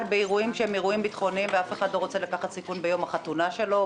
באירועים ביטחוניים ואף אחד לא רוצה לקחת סיכון ביום החתונה שלו,